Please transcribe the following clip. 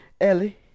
Ellie